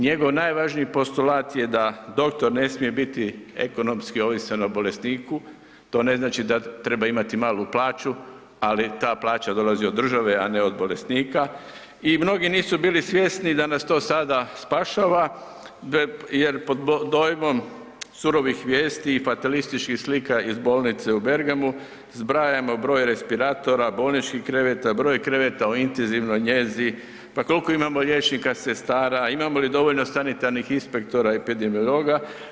Njegov najvažniji postolat je da doktor ne smije biti ekonomski ovisan o bolesniku, to ne znači da treba imati malu plaću, ali ta plaća dolazi od države, a ne od bolesnika i mnogi nisu bili svjesni da nas to sada spašava jer pod dojmom surovih vijesti i fatalističkih slika iz bolnice u Bergamu zbrajamo broj respiratora, bolničkih kreveta, broj kreveta u intenzivnoj njezi, pa kolko imamo liječnika, sestara, imamo li dovoljno sanitarnih inspektora i epidemiologa.